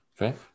Okay